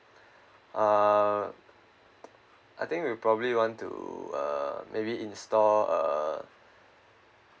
uh I think we probably want to uh maybe install uh